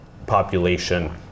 Population